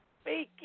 speaking